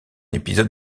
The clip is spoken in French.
épisode